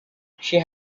she